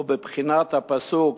הוא בבחינת הפסוק,